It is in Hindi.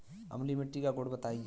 अम्लीय मिट्टी का गुण बताइये